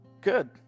Good